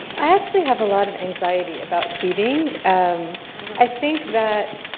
i actually have a lot of anxiety about tweeting. um i think that,